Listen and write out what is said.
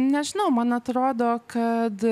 nežinau man atrodo kad